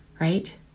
right